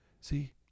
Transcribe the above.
See